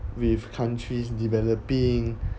with countries developing